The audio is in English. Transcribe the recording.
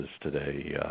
today